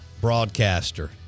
broadcaster